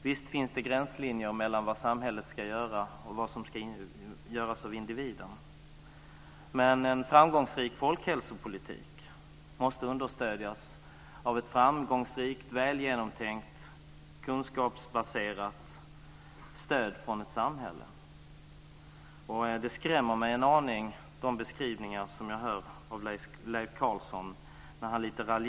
Visst finns det gränslinjer mellan vad samhället ska göra och vad som ska göras av individerna, men en framgångsrik folkhälsopolitik måste understödjas av ett framgångsrikt, välgenomtänkt och kunskapsbaserat stöd från ett samhälle. De beskrivningar som jag hör av Leif Carlson skrämmer mig en aning.